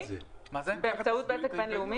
באמצעות בזק בינלאומי?